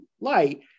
Light